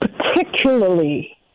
particularly